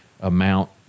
amount